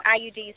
iud's